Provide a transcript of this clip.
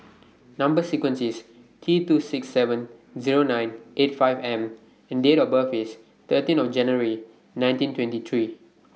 Number sequence IS T two six seven Zero nine eight five M and Date of birth IS thirteen of January nineteen twenty three